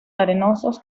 arenosos